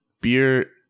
beer